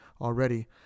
already